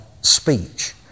speech